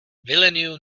villeneuve